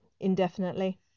indefinitely